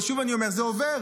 אבל שוב אני אומר, זה עובר.